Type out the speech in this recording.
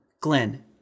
Glenn